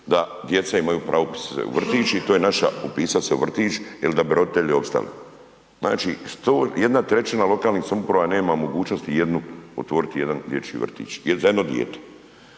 da djeca imaju pravo upisa u vrtić i to je naša, upisat se u vrtić jer da bi roditelji opstali. Znači 100, 1/3 lokalnih samouprava nema mogućnosti jednu, otvoriti jedan dječji vrtić, za jedno dijete.